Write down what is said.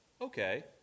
okay